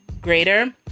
greater